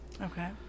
Okay